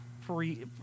free